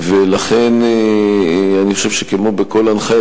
לכן אני חושב שכמו בכל הנחיה,